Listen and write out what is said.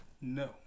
No